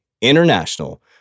International